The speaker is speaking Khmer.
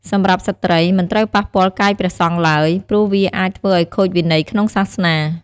សម្រាប់ស្ត្រី មិនត្រូវប៉ះពាល់កាយព្រះសង្ឃឡើយ ព្រោះវាអាចធ្វើឲ្យខូចវិន័យក្នុងសាសនា។